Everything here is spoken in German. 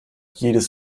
jedes